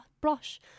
brush